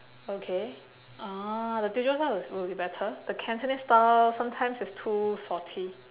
okay ah the teochew style is will be better the cantonese style sometimes is too salty